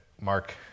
Mark